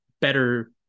better